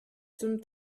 zum